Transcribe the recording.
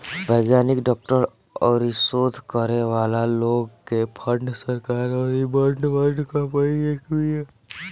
वैज्ञानिक, डॉक्टर अउरी शोध करे वाला लोग के फंड सरकार अउरी बड़ बड़ कंपनी देत बिया